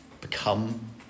become